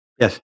Yes